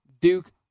Duke